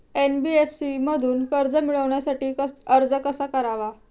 NBFC मधून कर्ज मिळवण्यासाठी अर्ज कसा करावा?